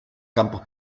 campos